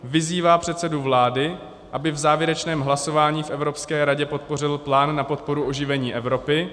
Vyzývá předsedu vlády, aby v závěrečném hlasování v Evropské radě podpořil Plán na podporu oživení Evropy.